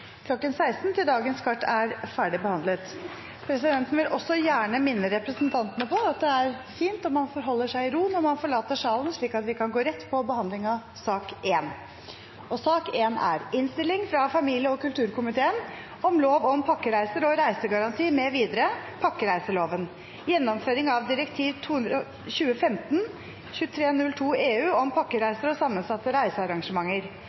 16 til dagens kart er ferdigbehandlet. Presidenten vil gjerne også minne representantene på at det er fint om man forlater salen rolig, slik at vi kan gå rett til behandling av sak nr. 1. Etter ønske fra familie- og kulturkomiteen vil presidenten foreslå at taletiden blir begrenset til 3 minutter til hver partigruppe og 3 minutter til medlemmer av regjeringen. Videre